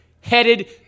headed